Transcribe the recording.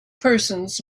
persons